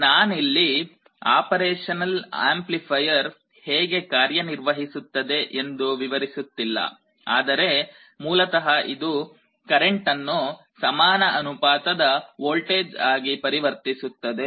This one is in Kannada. ನಾನಿಲ್ಲಿ ಆಪರೇಷನಲ್ ಆಂಪ್ಲಿಫೈಯರ್ ಹೇಗೆ ಕಾರ್ಯನಿರ್ವಹಿಸುತ್ತದೆ ಎಂದು ವಿವರಿಸುತ್ತಿಲ್ಲ ಆದರೆ ಮೂಲತಃ ಇದು ಕರೆಂಟ್ ಅನ್ನು ಸಮಾನ ಅನುಪಾತದ ವೋಲ್ಟೇಜ್ ಆಗಿ ಪರಿವರ್ತಿಸುತ್ತದೆ